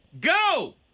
go